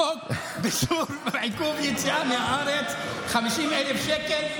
חוק עיכוב יציאה מהארץ, 50,000 שקל.